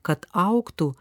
kad augtų